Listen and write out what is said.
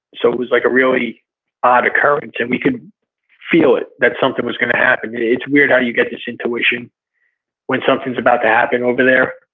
so it was like a really odd occurrence and we could feel it, that something was gonna happen. it's weird how you get this intuition when something's about to happen over there.